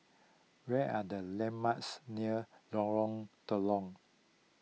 where are the landmarks near Lorong Telok